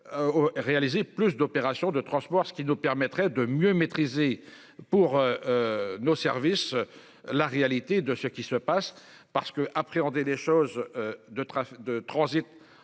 Réaliser plus d'opérations de transport, ce qui nous permettrait de mieux maîtriser pour. Nos services. La réalité de ce qui se passe parce que appréhender les choses, de trafic